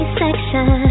section